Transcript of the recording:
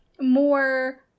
more